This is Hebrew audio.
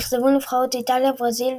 אכזבו נבחרות איטליה וברזיל,